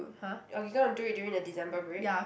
oh you're gonna do it during the December break